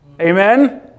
Amen